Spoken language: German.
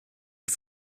und